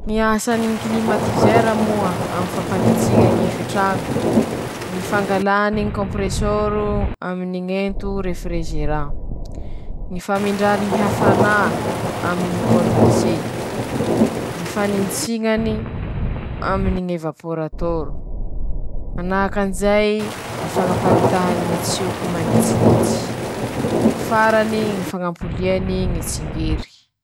Ñy fomba fiasany ñy feo fanaira aminy ñy bisikilety: Natao hanaira olo, tsy noho hanapatapaky fahatany na handehandeha fahatany lafa misy ñy bisikilety ;manday azy teña tsy noho hisy olo handalo tampoky ho voa-dodo, tairin-teña aminy iñy i ;i ñy manaitaitsy ñ'olo, mañambara aminy ñ'olo hoe: "misy bisikilety zao ka mitandrema tsika ".